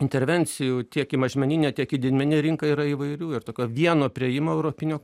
intervencijų tiek į mažmeninę tiek į didmeninę rinką yra įvairių ir tokio vieno priėjimo europinio